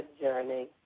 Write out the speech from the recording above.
journey